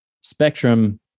spectrum